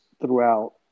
throughout